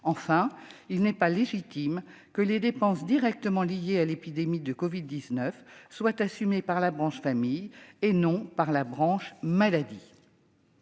Enfin, il n'est pas légitime que les dépenses directement liées à l'épidémie de covid-19 soient assumées par la branche famille, et non par la branche maladie.